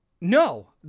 no